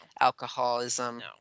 alcoholism